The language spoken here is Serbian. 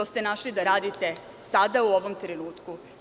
To ste našli da radite sada u ovom trenutku.